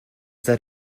that